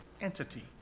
entity